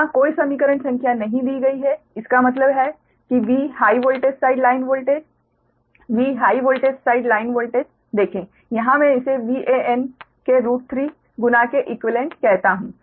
यहां कोई समीकरण संख्या नहीं दी गई है इसका मतलब है कि V high voltage side line voltage V high voltage side line voltage देखें यहां मैं इसे VAn के √𝟑 गुना के इक्वीवेलेंट कहता हूं